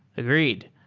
agreed.